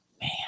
man